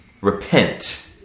repent